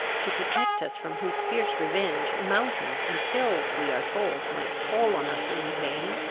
to protect us from whose fierce revenge mountains and hills, we are told, might fall on us in vain?